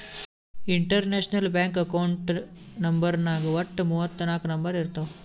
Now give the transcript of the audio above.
international bank account ನಂಬರ್ನಾಗ್ ವಟ್ಟ ಮೂವತ್ ನಾಕ್ ನಂಬರ್ ಇರ್ತಾವ್